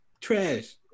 trash